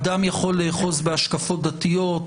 אדם יכול לאחוז בהשקפות דתיות,